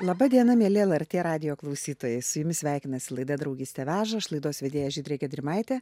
laba diena mieli lrt radijo klausytojai su jumis sveikinasi laida draugystė veža aš laidos vedėja žydrė gedrimaitė